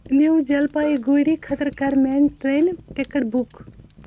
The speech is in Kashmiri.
نیوٗ جلپایی گوٗری خٲطرٕ کَر میٛانہِ ٹرٛینہِ ٹکٹ بُک